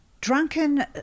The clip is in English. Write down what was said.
drunken